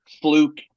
fluke